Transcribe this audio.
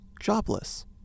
jobless